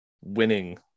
winning